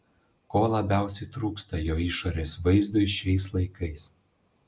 ko labiausiai trūksta jo išorės vaizdui šiais laikais